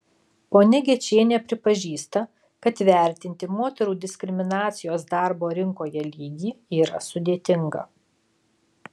ponia gečienė pripažįsta kad vertinti moterų diskriminacijos darbo rinkoje lygį yra sudėtinga